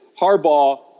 Harbaugh